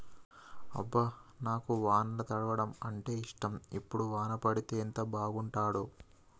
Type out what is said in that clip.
అబ్బ నాకు వానల తడవడం అంటేఇష్టం ఇప్పుడు వాన పడితే ఎంత బాగుంటాడో